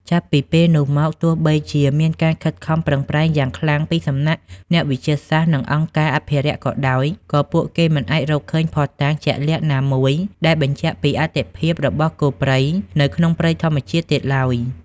ចាប់ពីពេលនោះមក ទោះបីជាមានការខិតខំប្រឹងប្រែងយ៉ាងខ្លាំងពីសំណាក់អ្នកវិទ្យាសាស្ត្រ និងអង្គការអភិរក្សក៏ដោយ ក៏ពួកគេមិនអាចរកឃើញភស្តុតាងជាក់លាក់ណាមួយដែលបញ្ជាក់ពីអត្ថិភាពរបស់គោព្រៃនៅក្នុងព្រៃធម្មជាតិទៀតឡើយ។